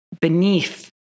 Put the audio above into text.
beneath